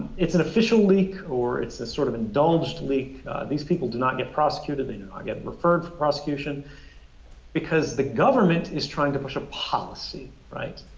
it's an official leak or it's this sort of indulged leak these people do not get prosecuted. they do not get referred for prosecution because the government is trying to push a policy, right.